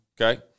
Okay